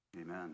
Amen